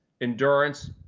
endurance